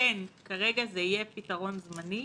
כן, כרגע זה יהיה פתרון זמני,